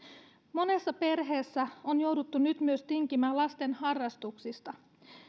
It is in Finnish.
monessa perheessä on jouduttu nyt myös tinkimään lasten harrastuksista